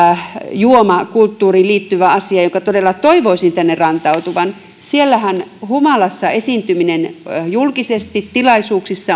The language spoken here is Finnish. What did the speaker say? juomakulttuuriin liittyvä asia jonka todella toivoisin tänne rantautuvan siellähän humalassa esiintyminen julkisesti tilaisuuksissa